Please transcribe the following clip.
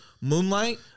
Moonlight